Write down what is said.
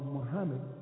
Muhammad